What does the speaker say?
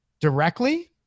directly